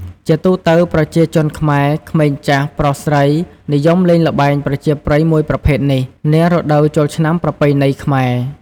ជាទូទៅប្រជាជនខ្មែរ ក្មេងចាស់ ប្រុសស្រី និយមលេងល្បែងប្រជាប្រិយមួយប្រភេទនេះ នារដូវចូលឆ្នាំប្រពៃណីខ្មែរ។